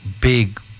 big